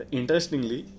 interestingly